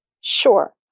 Sure